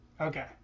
Okay